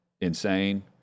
insane